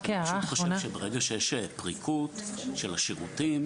אני חושב שברגע שיש פריקות של השירותים,